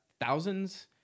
Thousands